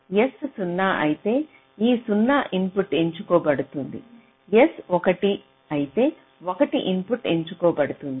S 0 అయితే ఈ 0 input ఎంచుకోబడుతుంది S 1 అయితే 1 ఇన్పుట్ ఎంచుకోబడుతుంది